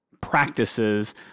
Practices